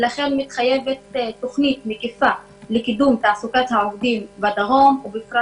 לכן מתחייבת תוכנית מקיפה לקידום תעסוקה בדרום ובפרט